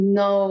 no